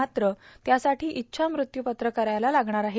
मात्र त्यासाठी इच्छामृत्यूपत्र करायला लागणार आहे